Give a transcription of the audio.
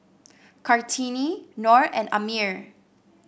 Kartini Nor and Ammir